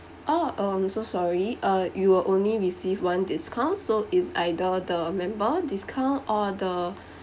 oh um so sorry uh you will only receive one discount so is either the member discount or the